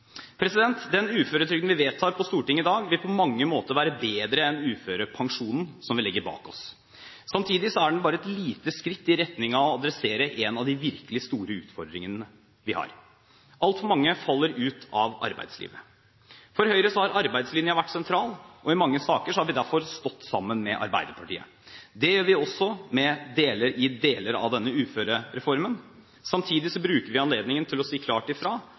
Den uføretrygden Stortinget vedtar i dag, vil på mange måter være bedre enn uførepensjonen som vi legger bak oss. Samtidig er den bare et lite skritt i retning av å adressere en av de virkelig store utfordringene vi har: at altfor mange faller ut av arbeidslivet. For Høyre har arbeidslinjen vært sentral, og i mange saker har vi derfor stått sammen med Arbeiderpartiet. Det gjør vi også i deler av denne uførereformen. Samtidig bruker vi anledningen til å si klart